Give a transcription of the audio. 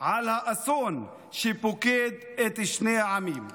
על האסון שפוקד את שני העמים.